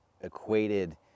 equated